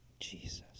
Jesus